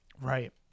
Right